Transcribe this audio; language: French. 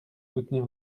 soutenir